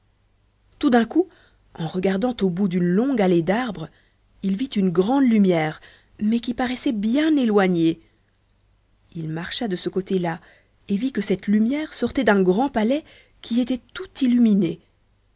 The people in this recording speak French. tout d'un coup en regardant au bout d'une longue allée d'arbres il vit une grande lumière mais qui paraissait bien éloignée il marcha de ce côté-là et vit que cette lumière sortait d'un grand palais qui était tout illuminé